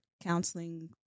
counseling